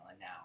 now